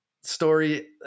story